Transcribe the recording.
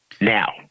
now